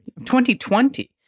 2020